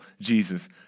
Jesus